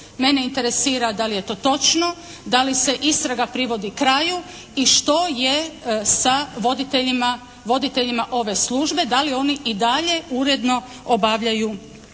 Mene interesira da li je to točno, da li se istraga privodi kraju i što je sa voditeljima ove službe. Da li oni i dalje uredno obavljaju